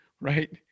right